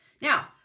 Now